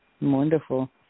Wonderful